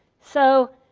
so,